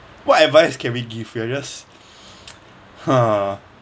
what advice can we give we're just ha